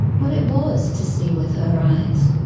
what it was to see with her eyes,